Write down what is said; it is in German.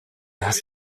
hast